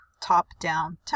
top-down